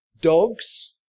Dogs